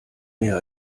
mehr